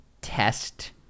test